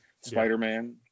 Spider-Man